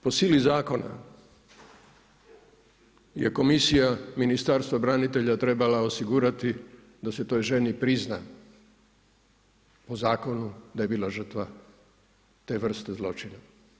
Po sili zakona je komisija Ministarstva branitelja trebala osigurati da se toj ženi prizna po zakonu da je bila žrtva te vrste zločina.